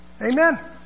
Amen